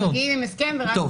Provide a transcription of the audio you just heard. מגיעים עם הסכם --- טוב.